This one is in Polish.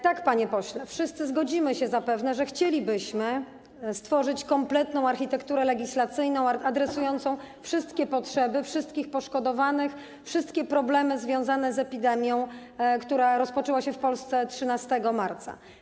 Tak, panie pośle, wszyscy zapewne się zgodzimy, że chcielibyśmy stworzyć kompletną architekturę legislacyjną adresującą wszystkie potrzeby wszystkich poszkodowanych, wszystkie potrzeby związane z epidemią, która rozpoczęła się w Polsce 13 marca.